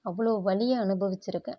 அவ்வளோ வலியை அனுபவித்திருக்கேன்